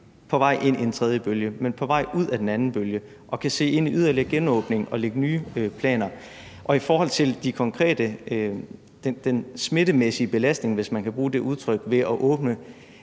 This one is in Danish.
på vej ind i en tredje bølge, men på vej ud af den anden bølge og kan se ind i yderligere genåbning og lægge nye planer. I forhold til den smittemæssige belastning, hvis man kan bruge det udtryk, ved at åbne